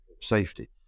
safety